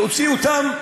להוציא אותם,